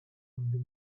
mumbai